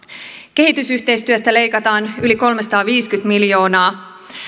kehitysyhteistyöstä leikataan yli kolmesataaviisikymmentä miljoonaa